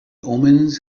omens